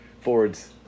Fords